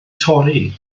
torri